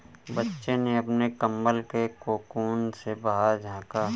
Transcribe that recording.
बच्चे ने अपने कंबल के कोकून से बाहर झाँका